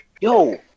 yo